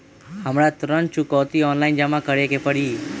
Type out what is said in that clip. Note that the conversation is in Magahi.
हमरा ऋण चुकौती ऑनलाइन जमा करे के परी?